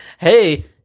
Hey